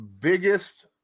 biggest